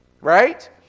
Right